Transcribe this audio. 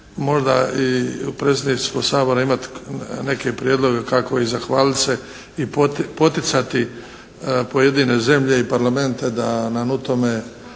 možda i Predsjedništvo Sabora imati neke prijedloge kako i zahvaliti se i poticati pojedine zemlje i parlamente da nam u tome